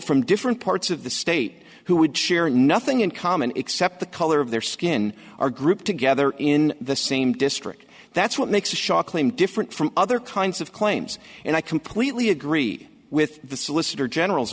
from different parts of the state who would share nothing in common except the color of their skin are grouped together in the same district that's what makes the shot claim different from other kinds of claims and i completely agree with the solicitor general